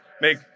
make